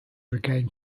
regain